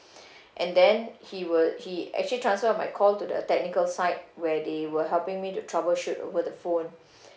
and then he will he actually transfer my call to the technical side where they were helping me to troubleshoot with the phone